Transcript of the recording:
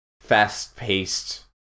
fast-paced